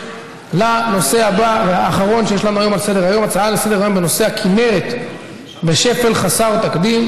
להצעה לסדר-היום בנושא: הכינרת בשפל חסר תקדים,